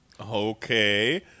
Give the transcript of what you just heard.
Okay